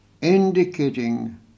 indicating